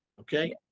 okay